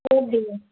పోతుందిక